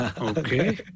Okay